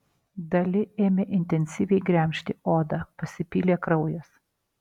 dali ėmė intensyviai gremžti odą pasipylė kraujas